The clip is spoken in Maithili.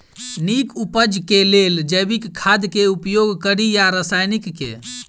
नीक उपज केँ लेल जैविक खाद केँ उपयोग कड़ी या रासायनिक केँ?